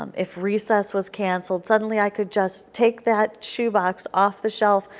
um if recess was cancelled, suddenly i could just take that shoe box off the shelf,